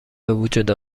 بوجود